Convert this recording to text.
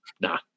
nah